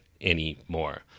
anymore